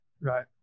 Right